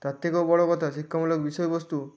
তার থেকেও বড়ো কথা শিক্ষামূলক বিষয়বস্তু